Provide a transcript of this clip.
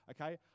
okay